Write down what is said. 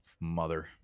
mother